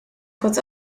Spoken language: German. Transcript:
kurz